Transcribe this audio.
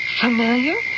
Familiar